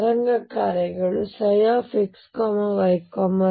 ತರಂಗ ಕಾರ್ಯಗಳು xyz1Veik